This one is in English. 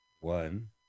one